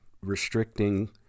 restricting